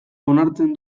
onartzen